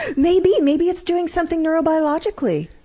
and maybe! maybe it's doing something neurobiologically!